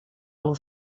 will